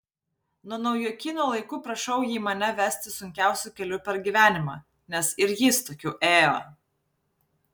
nuo naujokyno laikų prašau jį mane vesti sunkiausiu keliu per gyvenimą nes ir jis tokiu ėjo